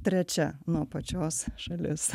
trečia nuo apačios šalis